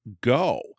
go